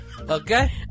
Okay